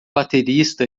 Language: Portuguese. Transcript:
baterista